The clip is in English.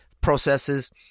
processes